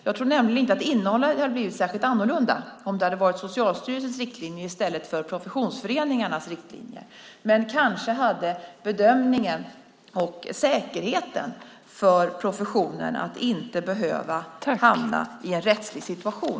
Jag tror nämligen inte att innehållet hade blivit särskilt annorlunda om det hade varit Socialstyrelsens riktlinjer i stället för professionsföreningarnas riktlinjer. Men kanske hade bedömningen gjort att säkerheten hade ökat för professionen, så att man inte hade behövt hamna i en rättslig situation.